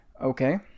Okay